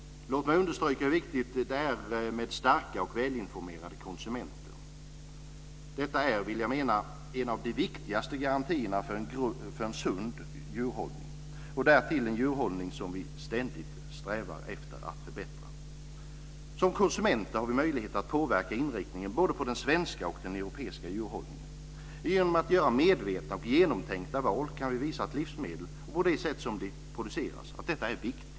Låt mig understryka hur viktigt det är med starka och välinformerade konsumenter. Sådana är, vill jag mena, en av de viktigaste garantierna för en sund djurhållning, en djurhållning som vi ständigt strävar efter att förbättra. Som konsumenter har vi möjlighet att påverka inriktningen på både den svenska och den europeiska djurhållningen. Genom att göra medvetna och genomtänkta val kan vi visa att livsmedel och de sätt som de produceras på är viktiga angelägenheter.